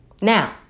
Now